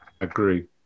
Agree